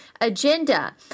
agenda